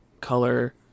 color